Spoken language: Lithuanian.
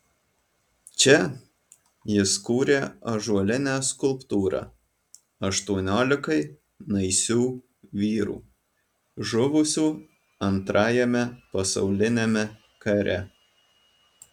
čia jis kūrė ąžuolinę skulptūrą aštuoniolikai naisių vyrų žuvusių antrajame pasauliniame kare